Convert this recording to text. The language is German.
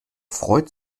freut